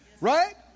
Right